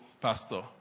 pastor